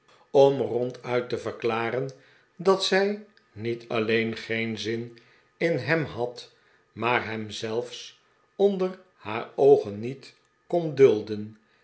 om ronduit te verklaren dat zij niet alleen geen zin in hem had maar hem zelfs onder haar oogen niet kon dulden